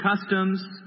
customs